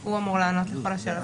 הוא אמור לענות לכל השאלות.